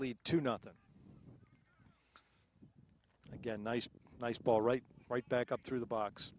lead to not them again nice nice ball right right back up through the box